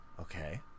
okay